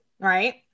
right